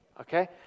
Okay